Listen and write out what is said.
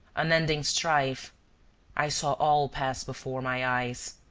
unending strife i saw all pass before my eyes,